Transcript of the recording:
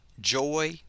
joy